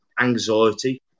anxiety